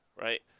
right